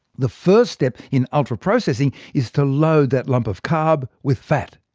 the first step in ultraprocessing is to load that lump of carb with fat.